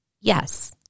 yes